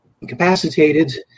incapacitated